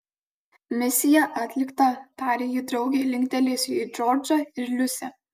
misija atlikta tarė ji draugei linktelėjusi į džordžą ir liusę